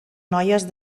noies